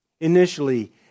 initially